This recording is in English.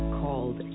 called